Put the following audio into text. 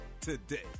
today